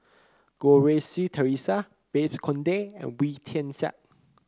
Goh Rui Si Theresa Babes Conde and Wee Tian Siak